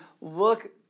look